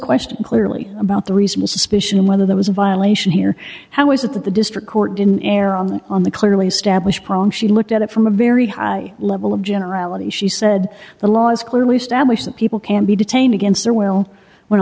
question clearly about the reasonable suspicion and whether there was a violation here how is it that the district court in error on the clearly established pronk she looked at it from a very high level of generality she said the law is clearly established that people can be detained against their will when